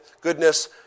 goodness